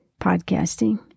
podcasting